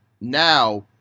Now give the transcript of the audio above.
now